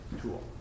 tool